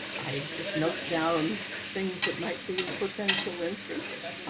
i just note down things that might be a potential interest.